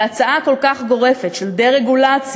והצעה כל כך גורפת של דה-רגולציה,